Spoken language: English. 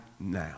now